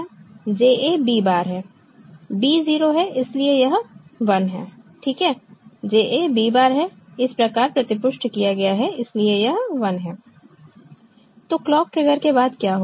JA B bar है B 0 है इसलिए यह 1 है ठीक है JA B bar है इस प्रकार प्रतिपुष्ट किया गया है इसलिए यह 1 है तो क्लॉक ट्रिगर के बाद क्या होगा